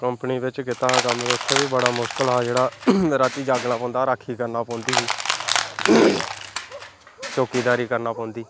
company बिच्च कीता हा कम्म ते उत्थें बी बड़ा मुश्कल हा जेह्ड़ा रातीं जाग्गना पौंदा हा राक्खी करना पौंदी ही चौकीदारी करना पौंदी